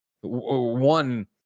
one